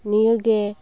ᱱᱤᱭᱟᱹᱜᱮ